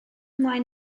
ymlaen